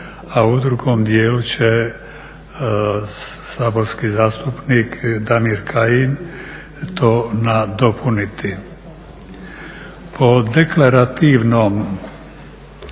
a u drugom dijelu će saborski zastupnik Damir Kajin to nadopuniti. Po deklarativnom